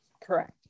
Correct